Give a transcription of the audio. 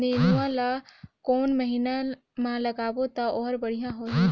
नेनुआ ला कोन महीना मा लगाबो ता ओहार बेडिया होही?